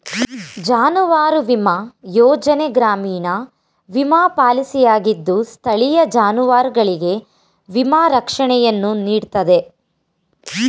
ಜಾನುವಾರು ವಿಮಾ ಯೋಜನೆ ಗ್ರಾಮೀಣ ವಿಮಾ ಪಾಲಿಸಿಯಾಗಿದ್ದು ಸ್ಥಳೀಯ ಜಾನುವಾರುಗಳಿಗೆ ವಿಮಾ ರಕ್ಷಣೆಯನ್ನು ನೀಡ್ತದೆ